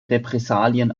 repressalien